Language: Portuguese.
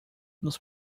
nos